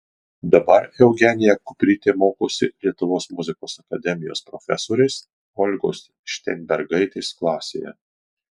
dabar eugenija kuprytė mokosi lietuvos muzikos akademijos profesorės olgos šteinbergaitės klasėje